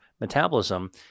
metabolism